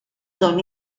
son